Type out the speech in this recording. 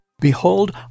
Behold